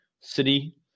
city